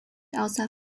außer